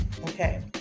okay